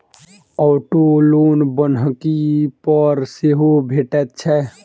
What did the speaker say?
auto loan बन्हकी पर सेहो भेटैत छै